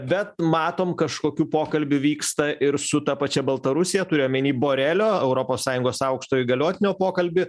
bet matom kažkokių pokalbių vyksta ir su ta pačia baltarusija turiu omeny borelio europos sąjungos aukšto įgaliotinio pokalbį